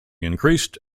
increased